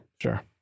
Sure